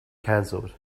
canceled